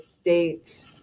state